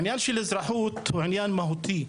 עניין של אזרחות הוא עניין מהותי,